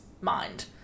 mind